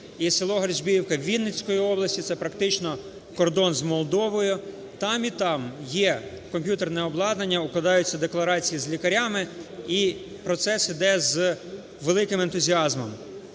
і село Гальжбіївка Вінницької області, це практично кордон з Молдовою. Там і там є комп'ютерне обладнання, укладаються декларації з лікарями, і процес іде з великим ентузіазмом.